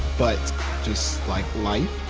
but just like life,